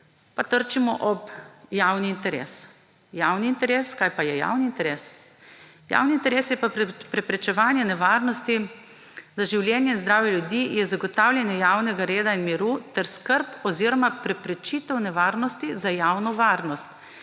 Pa trčimo ob javni interes. Javni interes, kaj pa je javni interes? Javni interes je pa preprečevanje nevarnosti za življenje in zdravje ljudi, je zagotavljanje javnega reda in miru ter skrb oziroma preprečitev nevarnosti za javno varnost